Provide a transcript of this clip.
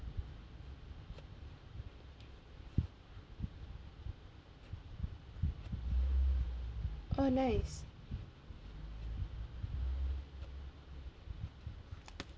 oh nice